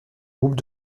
groupes